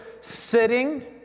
sitting